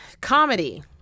comedy